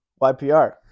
YPR